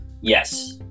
Yes